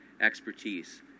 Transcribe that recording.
expertise